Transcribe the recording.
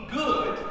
good